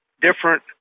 different